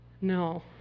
No